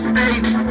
States